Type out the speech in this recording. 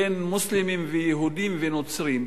בין מוסלמים ויהודים ונוצרים,